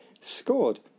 scored